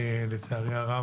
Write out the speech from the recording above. לצערי הרב,